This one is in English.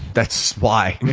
that's why. yeah,